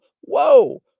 whoa